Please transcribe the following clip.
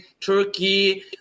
Turkey